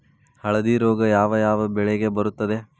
ಹಳದಿ ರೋಗ ಯಾವ ಯಾವ ಬೆಳೆಗೆ ಬರುತ್ತದೆ?